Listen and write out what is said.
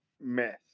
mess